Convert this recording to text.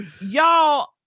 y'all